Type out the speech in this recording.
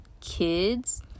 kids